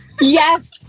Yes